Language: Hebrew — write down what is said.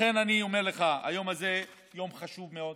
לכן אני אומר לך, היום הזה הוא יום חשוב מאוד.